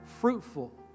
fruitful